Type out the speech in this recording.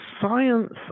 science